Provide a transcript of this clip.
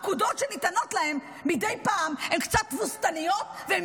הפקודות שניתנות להם מדי פעם הן קצת תבוסתניות והן